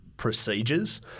procedures